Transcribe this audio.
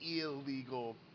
illegal